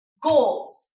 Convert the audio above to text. goals